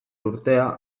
urtea